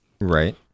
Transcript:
Right